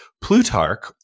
Plutarch